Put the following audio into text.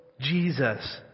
Jesus